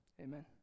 amen